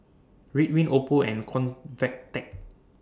Ridwind Oppo and Convatec